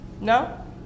No